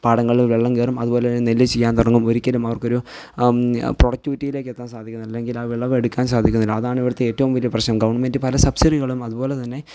പാടങ്ങളിൽ വെള്ളം കയറും അതുപോലെ തന്നെ നെല്ല് ചീയാൻ തുടങ്ങും ഒരിക്കലും അവർക്ക് ഒരു പ്രൊഡക്റ്റിവിറ്റിയിലേക്ക് എത്താൻ സാധിക്കുന്നില്ല അല്ലെങ്കിൽ വിളവെടുക്കാൻ സാധിക്കുന്നില്ല അതാണ് ഇവടത്തെ ഏറ്റവും വലിയ പ്രശ്നം ഗവൺമെൻ്റ് പല സബ്സിഡികളും അതുപോലെ തന്നെ